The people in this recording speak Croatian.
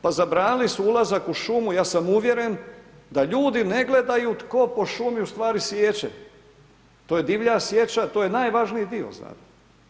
Pa zabranili su ulazak u šumu ja sam uvjeren da ljudi ne gledaju tko po šumi u stvari siječe, to je divlja sječa to je najvažniji dio zapravo.